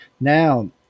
Now